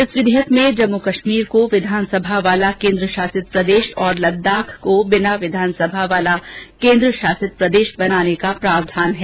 इस विधेयक में जम्मू कश्मीर को विधानसभा वाला केन्द्रशासित प्रदेश और लद्दाख को बिना विधानसभा वाला केन्द्रशासित प्रदेश बनाने का प्रावधान है